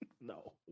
No